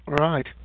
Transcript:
Right